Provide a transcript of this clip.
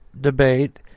debate